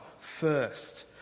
first